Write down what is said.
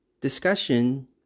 discussion